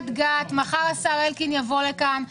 מחר השר אלקין יבוא לכאן,